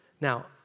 Now